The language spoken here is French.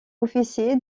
officier